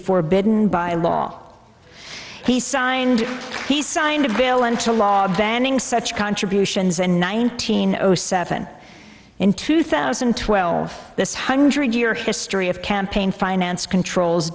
forbidden by law he signed he signed a bill into law banning such contributions and nineteen zero seven in two thousand and twelve this hundred year history of campaign finance controls